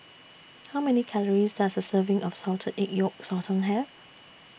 How Many Calories Does A Serving of Salted Egg Yolk Sotong Have